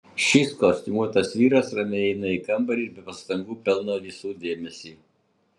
šis kostiumuotas vyras ramiai įeina į kambarį ir be pastangų pelno visų dėmesį